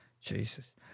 Jesus